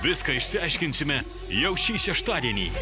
viską išsiaiškinsime jau šį šeštadienį